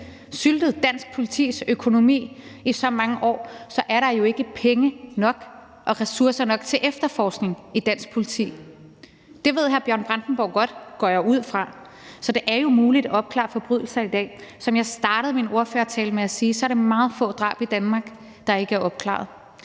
syltet dansk politis økonomi i så mange år, er der jo ikke penge nok og ressourcer nok til efterforskning i dansk politi. Det ved hr. Bjørn Brandenborg godt, går jeg ud fra. Så det er jo muligt at opklare forbrydelser i dag. Som jeg startede min ordførertale med at sige, er det meget få drab i Danmark, der ikke er opklaret.